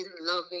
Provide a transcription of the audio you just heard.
loving